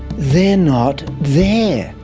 they are not there